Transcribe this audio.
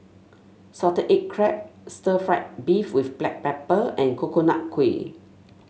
Salted Egg Crab Stir Fried Beef with Black Pepper and Coconut Kuih